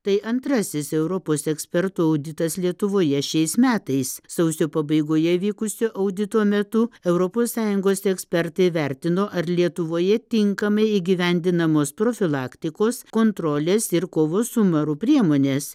tai antrasis europos ekspertų auditas lietuvoje šiais metais sausio pabaigoje vykusio audito metu europos sąjungos ekspertai vertino ar lietuvoje tinkamai įgyvendinamos profilaktikos kontrolės ir kovos su maru priemonės